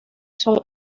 son